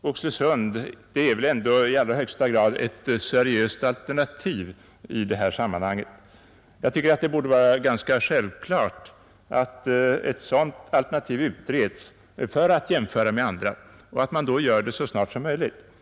Oxelösund är väl ändå ett i allra högsta grad seriöst alternativ i detta sammanhang? Jag tycker att det borde vara ganska självklart att ett sådant alternativ utreds för att jämföras med andra och att man gör det så snart som möjligt.